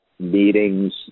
Meetings